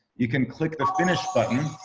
you can click the finish button,